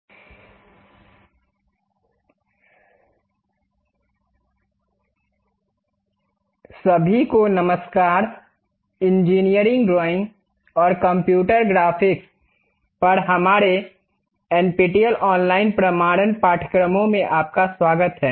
SolidWorks Contd सभी को नमस्कार इंजीनियरिंग ड्राइंग और कंप्यूटर ग्राफिक्स पर हमारे एनपीटीईएल ऑनलाइन प्रमाणन पाठ्यक्रमों में आपका स्वागत है